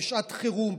בשעת חירום,